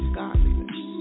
godliness